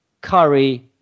curry